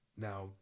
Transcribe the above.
now